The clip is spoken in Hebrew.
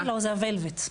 לא, זה הוולווט.